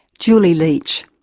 julie leitch.